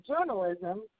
journalism